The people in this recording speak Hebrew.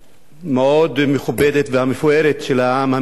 המאוד מכובדת והמפוארת של העם המצרי,